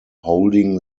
holding